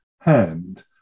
hand